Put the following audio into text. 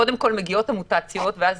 קודם כל, מגיעות המוטציות ואז